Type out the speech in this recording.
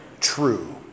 true